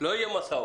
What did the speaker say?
לא יהיו מסעות.